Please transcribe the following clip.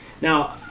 now